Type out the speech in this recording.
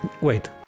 Wait